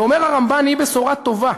ואומר הרמב"ן: היא בשורה טובה,